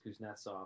Kuznetsov